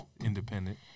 Independent